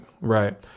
right